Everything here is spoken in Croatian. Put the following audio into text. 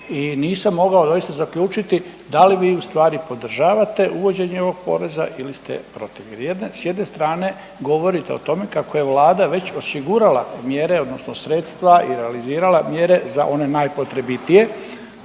nisam mogao doista zaključiti da li vi ustvari podržavate uvođenje ovog poreza ili ste protiv. Jer s jedne strane govorite o tome kako je Vlada već osigurala mjere odnosno sredstva i realizirala mjere za one najpotrebitije,